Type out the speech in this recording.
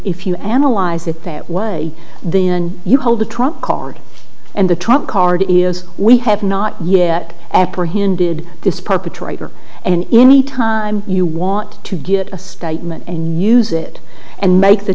if you analyze it that way then you hold the trump card and the trump card is we have not yet apprehended this perpetrator and any time you want to get a statement and use it and make the